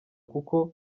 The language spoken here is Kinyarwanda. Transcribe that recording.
kuko